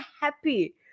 happy